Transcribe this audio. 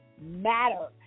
matter